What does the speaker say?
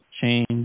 change